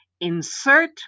Insert